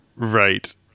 Right